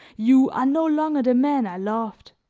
you are no longer the man i loved.